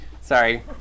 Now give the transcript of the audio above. Sorry